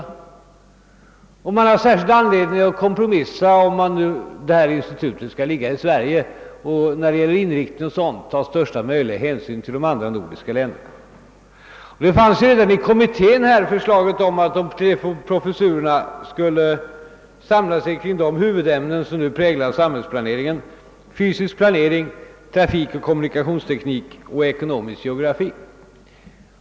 I detta fall har vi särskilt stor anledning att kompromissa eftersom detta institut skall ligga i Sverige och att när det gäller inriktningen ta största möjliga hänsyn till de övriga nordiska länderna. Redan kommittén hade föreslagit, att de tre professurerna skulle samlas kring de huvudämnen som nu präglar samhällsplaneringen: fysisk planering, trafikoch kommunikationsteknik samt ekonomisk geografi.